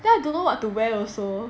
then I don't know what to wear also